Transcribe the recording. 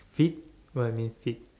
feet what I mean feet